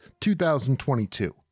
2022